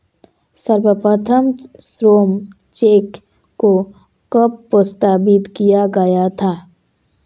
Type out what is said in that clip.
सर्वप्रथम श्रम चेक को कब प्रस्तावित किया गया था?